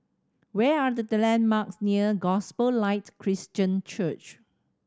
where are the the landmarks near Gospel Light Christian Church